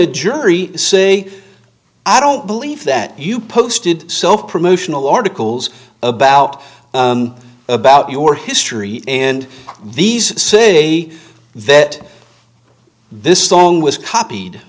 a jury say i don't believe that you posted so promotional articles about about your history and these say that this song was copied